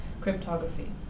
cryptography